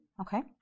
Okay